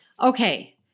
okay